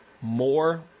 more